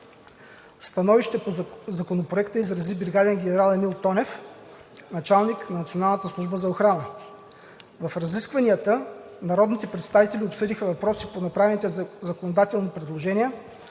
Становище по Законопроекта изрази бригаден генерал Емил Тонев – началник на Националната служба за охрана. В разискванията народните представители обсъдиха въпроси по направените законодателни предложения